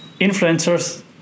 influencers